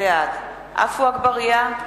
בעד עפו אגבאריה,